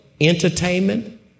entertainment